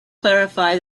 clarify